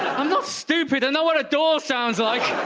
i'm not stupid know what a door sounds like.